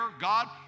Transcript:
God